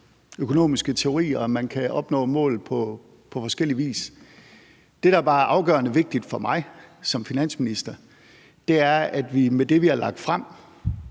økonomiske teorier, og man kan opnå mål på forskellig vis. Det, der bare er afgørende vigtigt for mig som finansminister, er, at vi med det, vi har lagt frem,